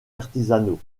artisanaux